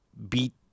Beat